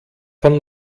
von